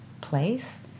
place